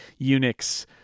Unix